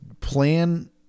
plan